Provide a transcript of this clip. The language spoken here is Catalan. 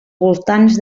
voltants